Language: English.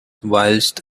whilst